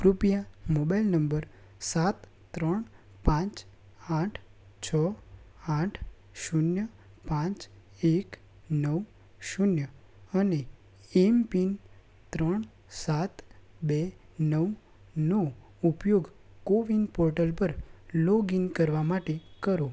કૃપયા mobile number સાત ત્રણ પાંચ આઠ છ આઠ શૂન્ય પાંચ એક નવ શૂન્ય અને એમપિન ત્રણ સાત બે નવનો ઉપયોગ કોવિન પોર્ટલ પર લોગઈન કરવા માટે કરો